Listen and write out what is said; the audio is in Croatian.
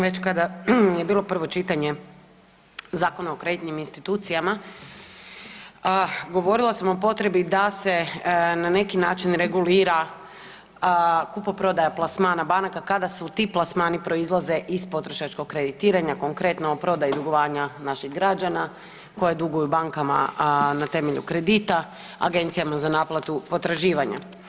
Već kada je bilo prvo čitanje Zakona o kreditnim institucijama govorila sam o potrebi da se na neki način regulira kupoprodaja plasmana banaka kada ti plasmani proizlaze iz potrošačkog kreditiranja, konkretno o prodaji dugovanja naših građana koji duguju bankama, a na temelju kredita agencijama za naplatu potraživanja.